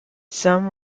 some